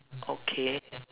okay